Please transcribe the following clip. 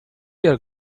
your